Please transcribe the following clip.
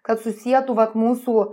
kad susietų vat mūsų